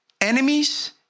Enemies